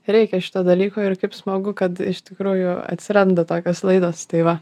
reikia šito dalyko ir kaip smagu kad iš tikrųjų atsiranda tokios laidos tai va